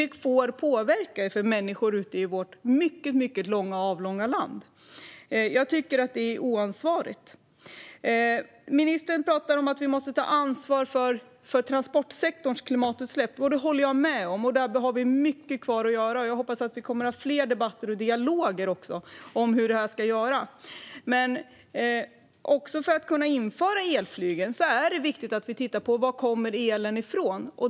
Det får påverkan för människor ute i vårt mycket avlånga land. Jag tycker att det är oansvarigt. Ministern säger att vi måste ta ansvar för transportsektorns klimatutsläpp. Det håller jag med om. Där har vi mycket kvar att göra. Jag hoppas att vi kommer att ha fler debatter och dialoger om hur det ska göras. Men för att kunna införa elflyg är det också viktigt att titta på var elen kommer ifrån.